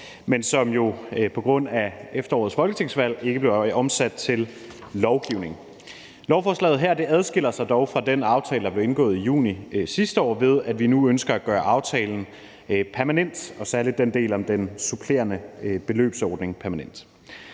men som jo på grund af efterårets folketingsvalg ikke blev omsat til lovgivning. Lovforslaget her adskiller sig dog fra den aftale, der blev indgået i juni sidste år, ved at vi nu ønsker at gøre aftalen permanent og særlig at gøre den del om den supplerende beløbsordning permanent.